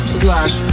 slash